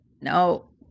No